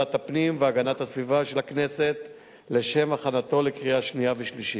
ועדת הפנים והגנת הסביבה של הכנסת לשם הכנתה לקריאה שנייה ושלישית.